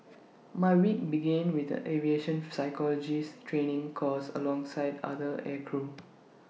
my week began with A aviation physiologies training course alongside other aircrew